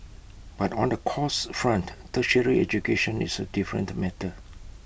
but on the costs front tertiary education is A different matter